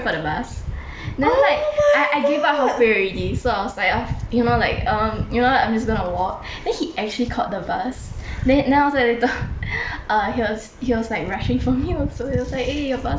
then like I I gave up halfway already so I was like uh you know like um you know what I'm just going to walk then he actually caught the bus then then after that later err he was he was like rushing for me also he was like eh your bus your bus